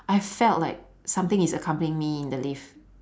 I felt like something is accompanying me in the lift